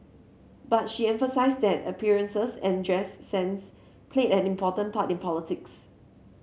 but she emphasised that appearances and dress sense played an important part in politics